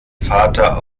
vater